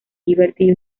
liberty